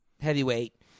Heavyweight